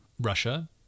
Russia